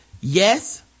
yes